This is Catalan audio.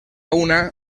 una